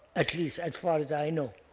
at least as far as i know.